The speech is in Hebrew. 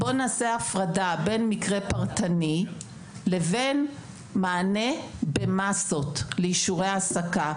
בוא נעשה הפרדה בין מקרה פרטני לבין מענה במסות לאישורי העסקה.